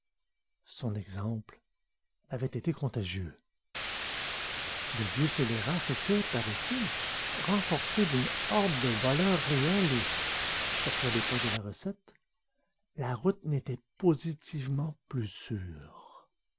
son exemple avait été contagieux le vieux scélérat s'était paraît-il renforcé d'une horde de voleurs réels et surtout à l'époque de la recette la route n'était positivement plus sûre